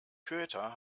köter